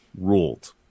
ruled